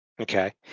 okay